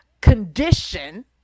condition